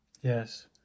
Yes